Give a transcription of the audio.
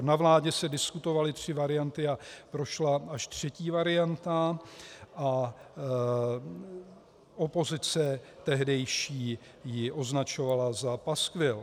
Na vládě se diskutovaly tři varianty a prošla až třetí varianta a opozice tehdejší ji označovala za paskvil.